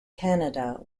canada